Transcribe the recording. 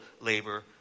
labor